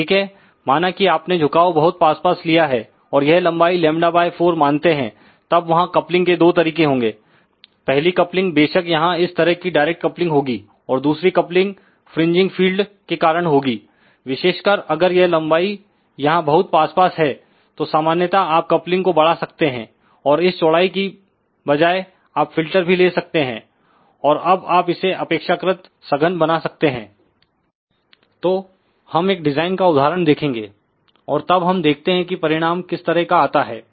ठीक है माना कि आपनेझुकाव बहुत पास पास लिया है और यह लंबाई λ4 मानते हैं तब वहां कपलिंग के दो तरीके होंगे पहली कपलिंग बेशक यहां इस तरह की डायरेक्ट कपलिंग होगी और दूसरी कपलिंग फ्रिंजिंग फील्ड के कारण होगी विशेषकर अगर यह लंबाई यहां बहुत पास पास है तो सामान्यता आप कपलिंग को बढ़ा सकते हैं और इस चौड़ाई की बजाएं आप फिल्टर भीले सकते हैं और अब आप इसे अपेक्षाकृत सघन बना सकते हैं तो हम एक डिजाइन का उदाहरण देखेंगेऔरतबहम देखते हैं किपरिणाम किस तरह काआता है